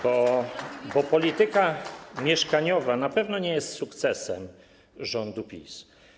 Bo polityka mieszkaniowa na pewno nie jest sukcesem rządu PiS.